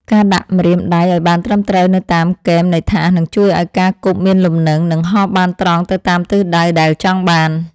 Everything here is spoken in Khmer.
ការដាក់ម្រាមដៃឱ្យបានត្រឹមត្រូវនៅតាមគែមនៃថាសនឹងជួយឱ្យការគប់មានលំនឹង និងហោះបានត្រង់ទៅតាមទិសដៅដែលចង់បាន។